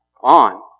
on